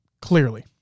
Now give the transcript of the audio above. Clearly